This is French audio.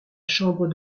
chambre